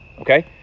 okay